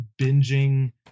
binging